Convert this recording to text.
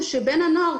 זה שבן הנוער,